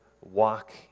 walk